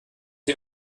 sie